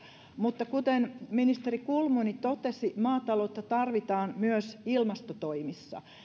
mutta kuten ministeri kulmuni totesi maataloutta tarvitaan myös ilmastotoimissa